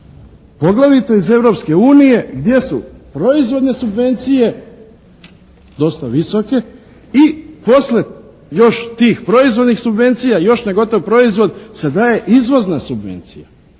Europske unije gdje su proizvodne subvencije dosta visoke i posle još tih proizvodnih subvencija još na gotov proizvod se daje izvozna subvencija.